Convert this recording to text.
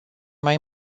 mai